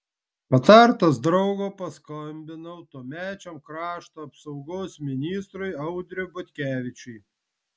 patartas draugo paskambinau tuomečiam krašto apsaugos ministrui audriui butkevičiui